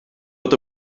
bod